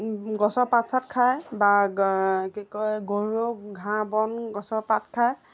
গছৰ পাছ ছাত খায় বা কি কয় গৰুৱেও ঘাঁহ বন গছৰ পাত খায়